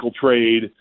trade